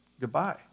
goodbye